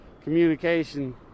communication